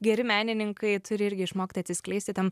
geri menininkai turi irgi išmokti atsiskleisti tam